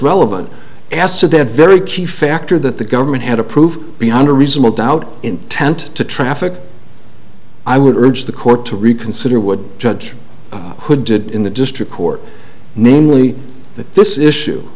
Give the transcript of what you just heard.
relevant as to that very key factor that the government had to prove beyond a reasonable doubt intent to traffic i would urge the court to reconsider would judge who did in the district court namely that this issue